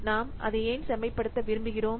நாம் அதை ஏன் செம்மைப்படுத்த விரும்புகிறோம்